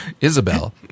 Isabel